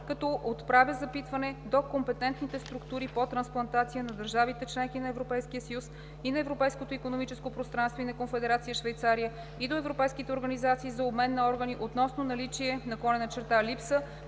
като отправя запитване до компетентните структури по трансплантация на държавите – членки на Европейския съюз и на Европейското икономическо пространство и на Конфедерация Швейцария, и до европейските организации за обмен на органи относно наличие/липса